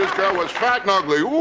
girl was fat and ugly. oh